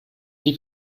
die